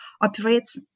operates